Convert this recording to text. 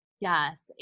Yes